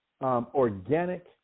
organic